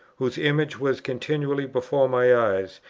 whose image was continually before my eyes,